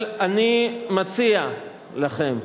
אבל אני מציע לכם,